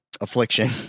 affliction